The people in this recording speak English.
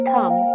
Come